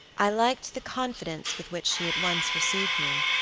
i liked the confidence with which she at once received me.